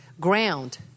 ground